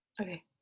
Okay